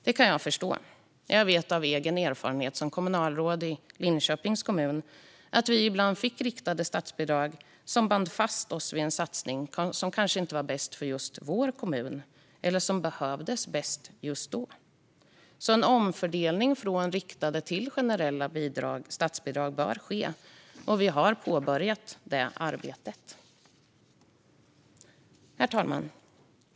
Det kan jag förstå. Jag vet av egen erfarenhet som kommunalråd i Linköpings kommun att vi ibland fick riktade statsbidrag som band fast oss vid en satsning som kanske inte var bäst för just vår kommun eller som behövdes bäst just då. En omfördelning från riktade till mer generella statsbidrag bör ske, och vi har påbörjat detta arbete. Herr talman!